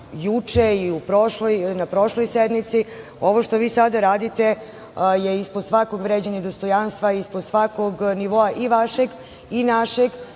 juče i na prošloj sednici. Ovo što vi sada radite je ispod svakog vređanja i dostojanstva, ispod svakog nivoa i vašeg i našeg